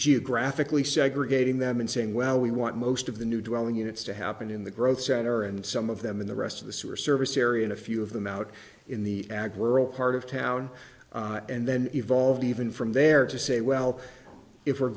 geographically segregating them and saying well we want most of the new dwelling units to happen in the growth center and some of them in the rest of the sewer service area and a few of them out in the ag world part of town and then evolved even from there to say well if we're